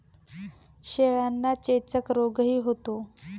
शेळ्यांना चेचक रोगही होतो